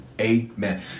Amen